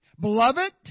Beloved